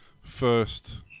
first